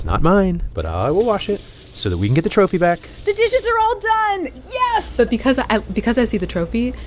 not mine, but i will wash it so that we can get the trophy back the dishes are all done. yes but because i because i see the trophy,